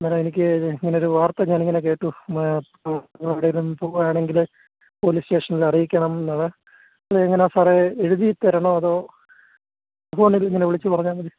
അന്നേരം എനിക്ക് ഇങ്ങനെ ഒരു വാർത്ത ഞാൻ ഇങ്ങനെ കേട്ടു എവടേലും പോവുകയാണെങ്കിൽ പോലീസ് സ്റ്റേഷനിൽ അറിയിക്കണം എന്നുള്ളത ഇതെങ്ങനെയാണ് സാറേ എഴുതിത്തരണോ അതോ ഫോണിൽ ഇങ്ങനെ വിളിച്ചു പറഞ്ഞാൽ മതി